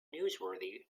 newsworthy